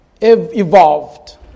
evolved